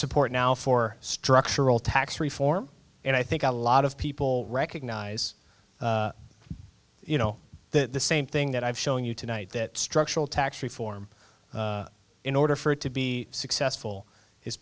support now for structural tax reform and i think a lot of people recognize you know that the same thing that i'm showing you tonight that structural tax reform in order for it to be successful is